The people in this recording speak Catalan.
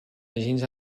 agents